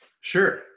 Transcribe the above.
sure